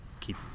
Keep